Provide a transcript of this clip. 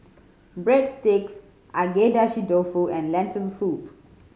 Breadsticks Agedashi Dofu and Lentil Soup